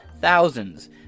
thousands